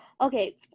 Okay